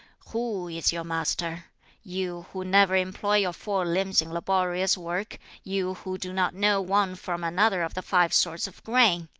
who is your master you who never employ your four limbs in laborious work you who do not know one from another of the five sorts of grain!